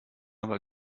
aber